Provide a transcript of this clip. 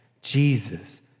Jesus